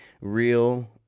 real